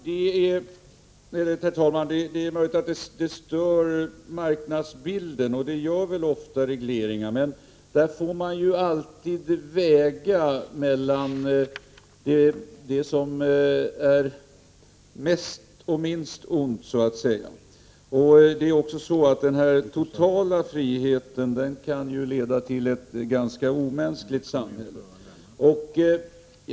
Herr talman! Det är möjligt att kreditlagstiftningen stör marknadsbilden. Det gör ofta regleringar. Men man får alltid väga mellan det som är mest och minst ont. Den totala friheten kan leda till ett ganska omänskligt samhälle.